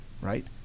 right